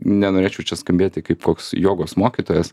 nenorėčiau čia skambėti kaip koks jogos mokytojas